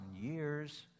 years